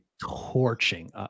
torching